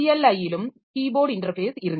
CLI லும் keyboard interface இருந்தது